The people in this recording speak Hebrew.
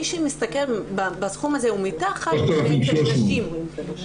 מי שמשתכר בסכום הזה או מתחת זה נשים --- 3,300.